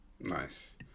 Nice